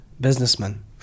businessman